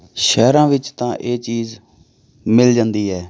ਸ਼ਹਿਰਾਂ ਵਿੱਚ ਤਾਂ ਇਹ ਚੀਜ਼ ਮਿਲ ਜਾਂਦੀ ਹੈ